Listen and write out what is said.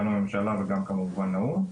גם לממשלה וגם כמובן לאו"ם.